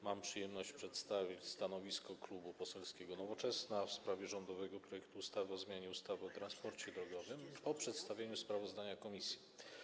Mam przyjemność przedstawić stanowisko Klubu Poselskiego Nowoczesna w sprawie rządowego projektu ustawy o zmianie ustawy o transporcie drogowym - po przedstawieniu sprawozdania komisji.